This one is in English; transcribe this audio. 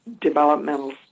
developmental